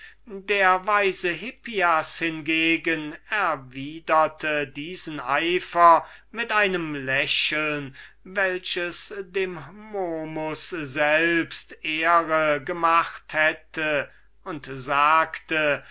der weise hippias erwiderte diesen eifer mit einem lächeln welches dem momus selbst ehre gemacht hätte und sagte